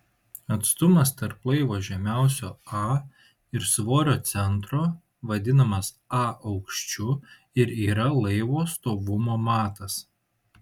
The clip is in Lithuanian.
atstumas tarp laivo žemiausio a ir svorio centro vadinamas a aukščiu ir yra laivo stovumo matas